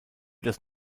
das